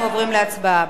אנחנו עוברים להצבעה.